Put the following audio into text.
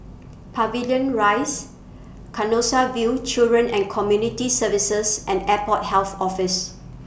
Pavilion Rise Canossaville Children and Community Services and Airport Health Office